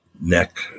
neck